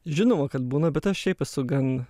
žinoma kad būna bet aš šiaip esu gan